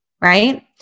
right